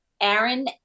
Aaron